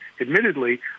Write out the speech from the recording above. admittedly